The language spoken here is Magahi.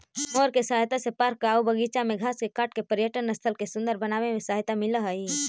मोअर के सहायता से पार्क आऊ बागिचा के घास के काट के पर्यटन स्थल के सुन्दर बनावे में सहायता मिलऽ हई